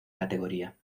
categoría